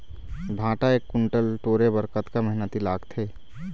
भांटा एक कुन्टल टोरे बर कतका मेहनती लागथे?